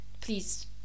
please